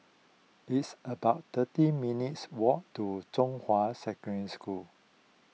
it's about thirty minutes' walk to Zhonghua Secondary School